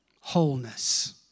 wholeness